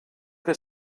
que